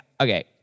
Okay